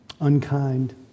unkind